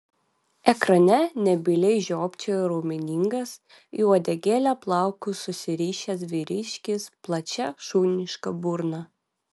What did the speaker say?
ekrane nebyliai žiopčiojo raumeningas į uodegėlę plaukus susirišęs vyriškis plačia šuniška burna